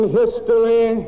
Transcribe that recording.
history